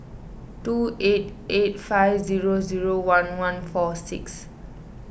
two eight eight five zero zero one one four six